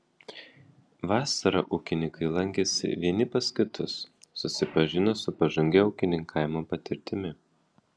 vasarą ūkininkai lankėsi vieni pas kitus susipažino su pažangia ūkininkavimo patirtimi